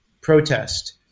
protest